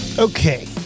Okay